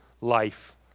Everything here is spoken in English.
life